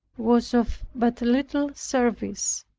was of but little service,